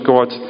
God